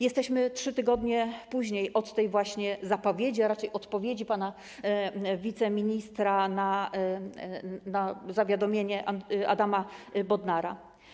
Jesteśmy 3 tygodnie później od tej właśnie zapowiedzi, a raczej odpowiedzi pana wiceministra na zawiadomienie Adama Bodnara.